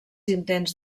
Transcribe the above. intents